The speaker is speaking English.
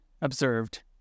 observed